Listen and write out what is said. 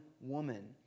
woman